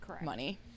money